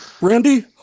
Randy